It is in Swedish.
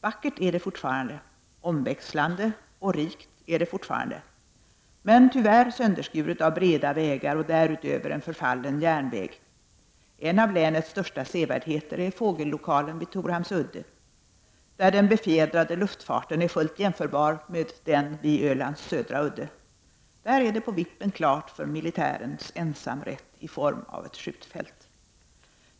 Vackert är det fortfarande, omväxlande och rikt är det fortfarande, men tyvärr sönderskuret av breda vägar och därutöver en förfallen järnväg. En av länets största sevärdheter är fågellokalen vid Torhamns udde, där den befjädrade luftfarten är fullt jämförbar med den vid Ölands södra udde. Där är det på vippen klart för militärens ensamrätt i form av ett skjutfält.